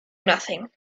nothing